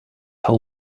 how